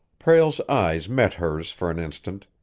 prale's eyes met hers for an instant,